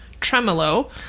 Tremolo